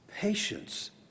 patience